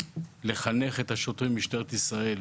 כדי לחנך את שוטרי משטרת ישראל,